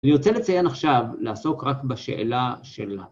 ואני רוצה לציין עכשיו, לעסוק רק בשאלה שלה. ישמן יא ענק יא בור ועם הארץ